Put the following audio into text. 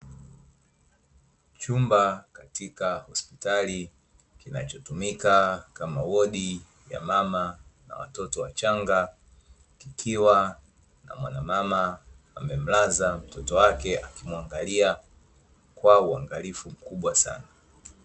Chumba katika hospitali kinachotumika kama wodi ya mama na watoto wachanga, kikiwa na mwanamama amemlaza mtoto wake akimwangalia kwa uangalifu mkubwa sana.